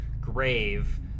grave